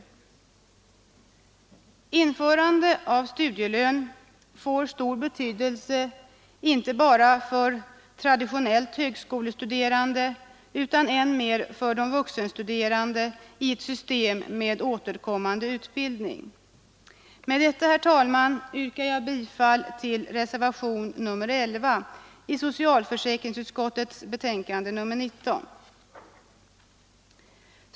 Införande av studielön får stor betydelse inte bara för traditionellt högskolestuderande utan än mer för de vuxenstuderande i ett system med återkommande utbildning. Med detta, herr talman, yrkar jag bifall till reservationen 11 i socialförsäkringsutskottets betänkande nr 19.